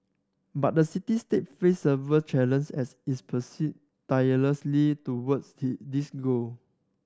but the city state face several challenge as it persist tirelessly towards this goal